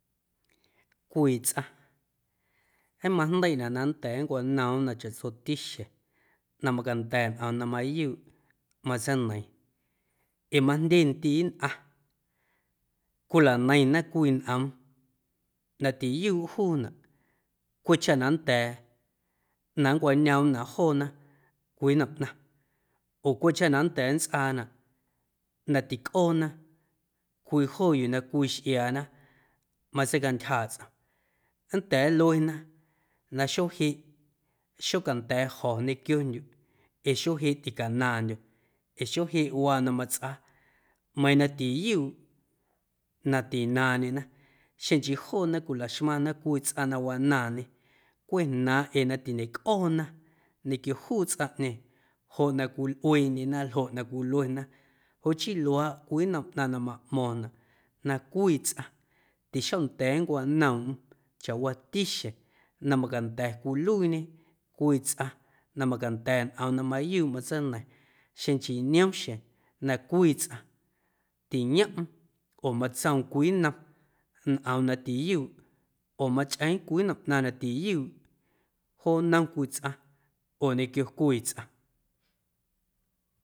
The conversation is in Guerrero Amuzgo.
Cwii tsꞌaⁿ jeeⁿ majndeiꞌnaꞌ na nnda̱a̱ nncwanoomꞌm na chaꞌtsoti xjeⁿ na macanda̱ ñꞌoom na mayuuꞌ matseineiiⁿ ee majndyendiiꞌ nnꞌaⁿ cwilaneiⁿna cwii ñꞌoom na tiyuuꞌ juunaꞌ cweꞌ chaꞌ na nnda̱a̱ na nncwañoomꞌnaꞌ joona cwii nnom ꞌnaⁿ oo cweꞌ chaꞌ na nnda̱a̱ nntsꞌaanaꞌ na ticꞌoona cwii joo yuu na cwii xꞌiaana matseicantyjaaꞌ tsꞌom nnda̱a̱ nluena na xuee jeꞌ xocanda̱a̱ jo̱ ñequiondyuꞌ ee xuee jeꞌ ticanaaⁿndyo̱ ee xuee jeꞌ waa na matsꞌaa meiiⁿ na tiyuuꞌ na tinaaⁿndyena xeⁿ nchii joona cwilaxmaⁿna cwii tsꞌaⁿ na wanaaⁿñe cweꞌ jnaaⁿꞌ ee na tiñecꞌoona ñequio juu tsꞌaⁿꞌñeeⁿ joꞌ na cwilꞌueeꞌndyena ljoꞌ na cwiluena joꞌ chii luaaꞌ cwii nnom ꞌnaⁿ na maꞌmo̱ⁿnaꞌ na cwii tsꞌaⁿ tixonda̱a̱ nncwanoomꞌm chawaati xjeⁿ na macanda̱ cwiluiiñe cwii tsꞌaⁿ na macanda̱ ñꞌoom na mayuuꞌ mateineiⁿ xeⁿ nchii niom xjeⁿ na cwii tsꞌaⁿ tiyomꞌm oo matsoom cwii nnom ñꞌoom na tiyuuꞌ oo machꞌeeⁿ cwii nnom ꞌnaⁿ na tiyuuꞌ joo nnom cwii tsꞌaⁿ oo ñequio cwii tsꞌaⁿ.